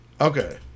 Okay